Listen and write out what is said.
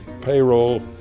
Payroll